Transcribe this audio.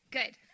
good